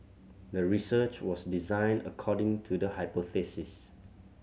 the research was designed according to the hypothesis